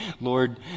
Lord